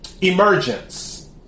Emergence